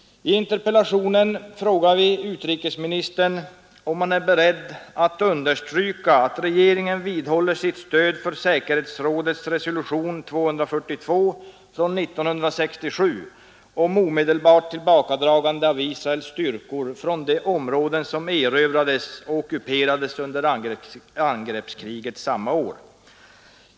I interpellationen ställs frågan om utrikesministern är beredd att understryka att regeringen vidhåller sitt stöd för säkerhetsrådets resolution 242 från 1967 om omedelbart tillbakadragande av Israels styrkor från de områden som erövrades och ockuperades under angreppskriget samma år.